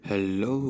Hello